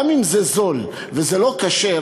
גם אם זה זול וזה לא כשר,